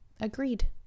Agreed